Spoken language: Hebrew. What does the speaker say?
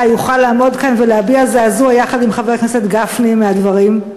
יוכל לעמוד כאן ולהביע זעזוע יחד עם חבר הכנסת גפני מהדברים,